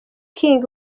king